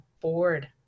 bored